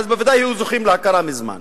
בוודאי היו זוכים להכרה מזמן,